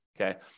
okay